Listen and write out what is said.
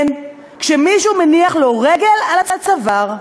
כן, כשמישהו מניח לו רגל על הצוואר.